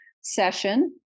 session